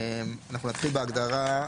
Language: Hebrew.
אנחנו נתחיל בהגדרה: